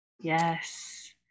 Yes